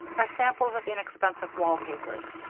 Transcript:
are samples of inexpensive wall papers.